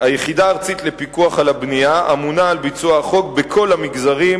היחידה הארצית לפיקוח על הבנייה אמונה על ביצוע החוק בכל המגזרים,